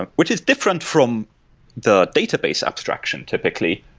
and which is different from the database abstraction typically,